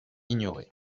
ignorée